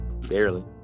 Barely